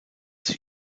sich